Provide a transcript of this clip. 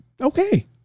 okay